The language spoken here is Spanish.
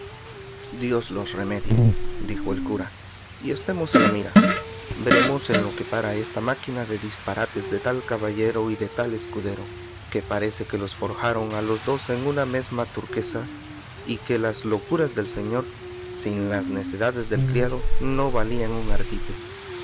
dios los remedie dijo el cura y estemos a la mira veremos en lo que para esta máquina de disparates de tal caballero y de tal escudero que parece que los forjaron a los dos en una mesma turquesa y que las locuras del señor sin las necedades del criado no valían un ardite